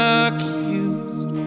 accused